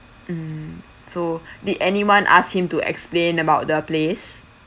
mm so did anyone asked him to explain about the place